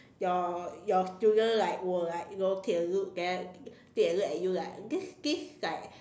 your your student like will like you know take a look that take a look at you like this this is like